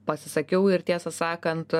pasisakiau ir tiesą sakant